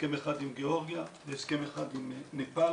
הסכם אחד עם גיאורגיה והסכם אחד עם נפאל